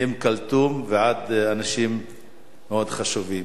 מאום-כולתום ועד אנשים מאוד חשובים,